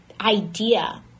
idea